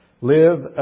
Live